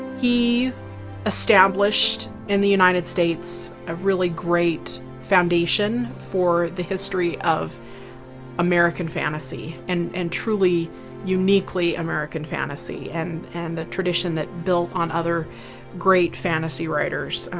he established in the united states a really great foundation for the history of american fantasy and and truly uniquely american fantasy and and the tradition that built on other great fantasy writers